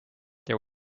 there